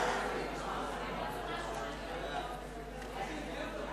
סעיפים 1 2 נתקבלו.